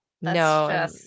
no